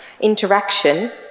interaction